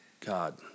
God